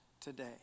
today